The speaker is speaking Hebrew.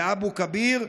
לאבו כביר,